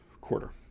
quarter